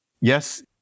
Yes